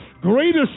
greatest